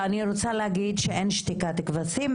ואני רוצה להגיד שאין שתיקת כבשים.